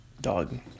Dog